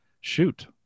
shoot